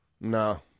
No